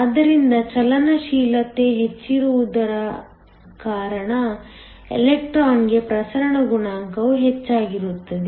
ಆದ್ದರಿಂದ ಚಲನಶೀಲತೆ ಹೆಚ್ಚಿರುವುದರಿಂದ ಎಲೆಕ್ಟ್ರಾನ್ಗೆ ಪ್ರಸರಣ ಗುಣಾಂಕವು ಹೆಚ್ಚಾಗಿರುತ್ತದೆ